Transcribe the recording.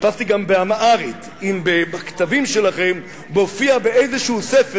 חיפשתי גם בכתבים שלכם באמהרית אם מופיע בספר